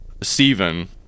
steven